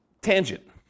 tangent